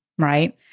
right